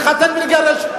לחתן ולגרש?